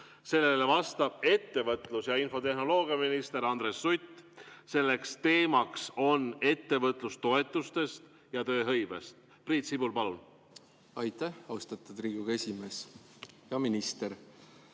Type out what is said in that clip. sellele vastab ettevõtlus- ja infotehnoloogiaminister Andres Sutt. Teemaks on ettevõtlustoetused ja tööhõive. Priit Sibul, palun! Aitäh, austatud Riigikogu esimees! Hea minister!